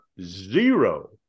zero